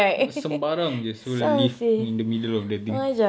sebarang jer [siol] leave in the middle of the thing